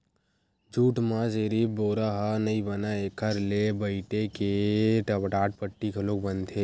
jute म सिरिफ बोरा ह नइ बनय एखर ले बइटे के टाटपट्टी घलोक बनथे